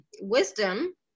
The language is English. wisdom